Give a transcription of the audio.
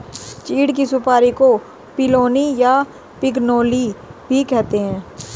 चीड़ की सुपारी को पिनोली या पिगनोली भी कहते हैं